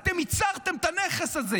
אתם ייצרתם את הנכס הזה,